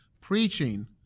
preaching